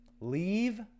Leave